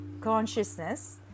consciousness